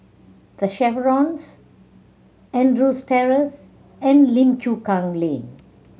The Chevrons Andrews Terrace and Lim Chu Kang Lane